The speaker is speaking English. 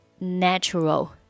natural